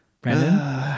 Brandon